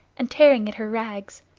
and tearing at her rags.